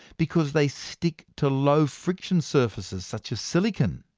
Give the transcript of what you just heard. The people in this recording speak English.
because they stick to low-friction surfaces such as silicon.